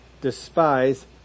Despise